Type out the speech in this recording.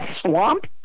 swamp